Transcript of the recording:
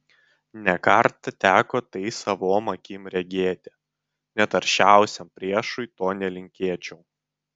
ne kartą teko tai savom akim regėti net aršiausiam priešui to nelinkėčiau